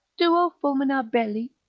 duo fulmina belli,